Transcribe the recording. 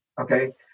okay